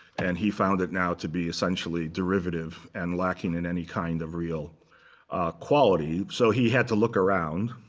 and he found it now to be essentially derivative and lacking in any kind of real quality. so he had to look around